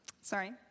sorry